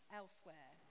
elsewhere